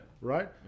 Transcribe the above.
Right